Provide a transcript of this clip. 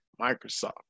Microsoft